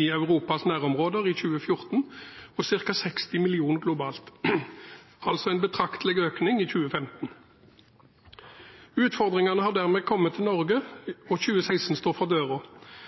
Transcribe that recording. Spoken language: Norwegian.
i Europas naboområder, og ca. 60 millioner globalt, altså en betraktelig økning i 2015. Utfordringene har dermed også kommet til Norge, og 2016 står for